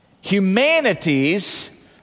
Humanities